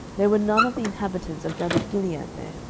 there were none of the inhabitants of jabeshgilead there.